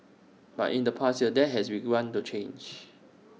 but in the past year that has begun to change